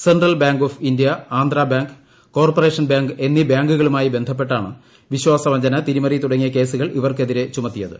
central bank of India Andhra bank corporation bank എന്നീ ബാങ്കുകളുമായി ബന്ധപ്പെട്ടാണ് വിശ്വാസവഞ്ചന തിരിമറി തുടങ്ങിയ കേസ്കൂകൾ ഇവർക്കെതിരെ ചുമത്തിയത്